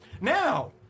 Now